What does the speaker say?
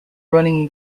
running